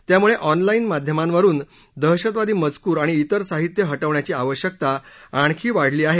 त्यामुळे ऑनलाईन माध्यमांवरुन दहशतवादी मजकूर आणि त्रिर साहित्य हटवण्याची आवश्यकता आणखी वाढली आहे